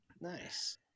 Nice